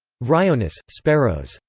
vryonis, speros,